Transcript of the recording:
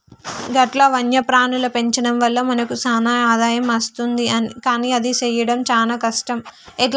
గట్ల వన్యప్రాణుల పెంచడం వల్ల మనకు సాన ఆదాయం అస్తుంది కానీ అది సెయ్యడం సాన కష్టం